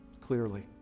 clearly